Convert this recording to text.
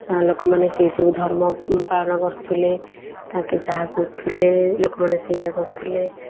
ଆ ଲୋକମାନେ ସେଇ ସବୁ ଧର୍ମ ପାଳନ କରୁଥିଲେ ତାଙ୍କେ ଯାହା କରୁଥିଲେ ଲୋକମାନେ ସେଇଆ କରୁଥିଲେ